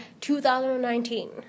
2019